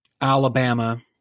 Alabama